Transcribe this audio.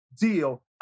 deal